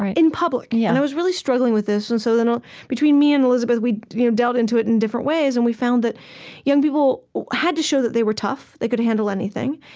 ah in public. yeah and i was really struggling with this. and so then, ah between me and elizabeth, we you know delved into it in different ways, and we found that young people had to show that they were tough, they could handle anything.